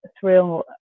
thrill